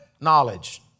Knowledge